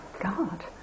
God